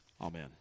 Amen